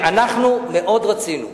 אנחנו מאוד רצינו.